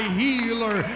healer